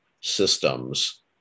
systems